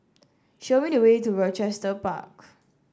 show me the way to Rochester Park